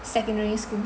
secondary school